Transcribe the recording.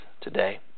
today